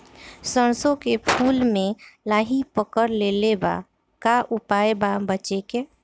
सरसों के फूल मे लाहि पकड़ ले ले बा का उपाय बा बचेके?